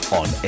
on